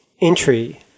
entry